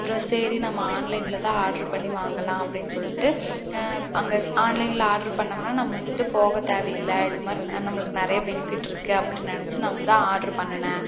அப்றம் சரி நம்ம ஆன்லைன்ல தான் ஆர்டரு பண்ணி வாங்கலாம் அப்படின்னு சொல்லிட்டு அங்கே ஆன்லைன்ல ஆர்டரு பண்ணோம்னால் நம்ம வந்துட்டு போகத் தேவையில்லை இந்தமாதிரி நம்மளுக்கு நிறைய பெனிஃபிட் இருக்குது அப்படின்னு நினச்சி நான் வந்து ஆர்டர் பண்ணினேன்